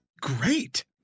great